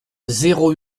zéro